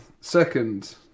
Second